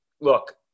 look